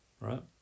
right